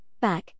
back